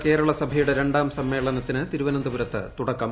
ലോക കേരള സഭ്യുടെ രണ്ടാം സമ്മേളനത്തിന് തിരുവനന്തപുരത്ത് തുടക്കം